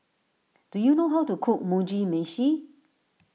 do you know how to cook Mugi Meshi